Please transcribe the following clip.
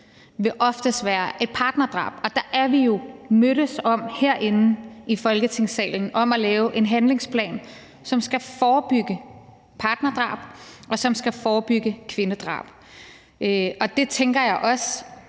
vil være et partnerdrab, og da er vi jo sammen herinde i Folketingssalen mødtes om at lave en handlingsplan, som skal forebygge partnerdrab, og som skal forebygge kvindedrab – og det er noget,